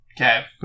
Okay